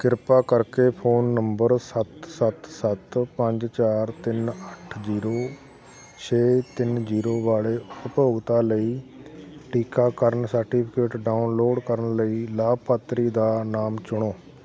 ਕਿਰਪਾ ਕਰਕੇ phone number ਸੱਤ ਸੱਤ ਸੱਤ ਪੰਜ ਚਾਰ ਤਿੰਨ ਅੱਠ ਜ਼ੀਰੋ ਛੇ ਤਿੰਨ ਜ਼ੀਰੋ ਵਾਲੇ ਉਪਭੋਗਤਾ ਲਈ ਟੀਕਾਕਰਨ ਸਰਟੀਫਿਕੇਟ ਡਾਊਨਲੋਡ ਕਰਨ ਲਈ ਲਾਭਪਾਤਰੀ ਦਾ ਨਾਮ ਚੁਣੋ